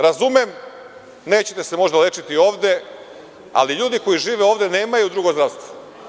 Razumem, nećete se možda lečiti ovde, ali ljudi koji žive ovde nemaju drugo zdravstvo.